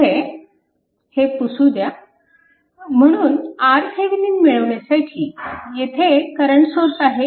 पुढे हे पुसू द्या म्हणून RThevenin मिळविण्यासाठी येथे करंट सोर्स आहे